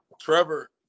Trevor